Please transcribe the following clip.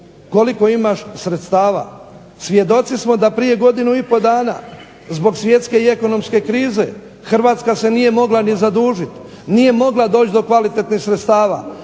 koliko imaš sredstava. Svjedoci smo da prije godinu i pol dana zbog svjetske i ekonomske krize Hrvatska se nije mogla ni zadužit, nije mogla doći do kvalitetnih sredstava